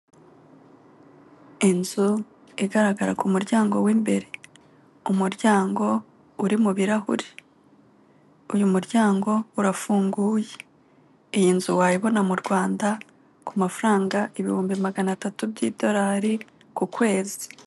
Inzu igaragara ku muryango w'imbere, umuryango uri mu birahure, uyu muryango urafunguye, iyi nzu wayibona mu Rwanda ku mafaranga ibihumbi magana atatu by'idorari ku kwezi.